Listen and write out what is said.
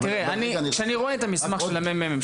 כשאני רואה את המסמך של ה-ממ״מ,